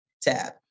tab